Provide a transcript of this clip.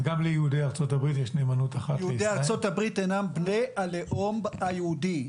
יהודי ארצות הברית אינם בני הלאום היהודי.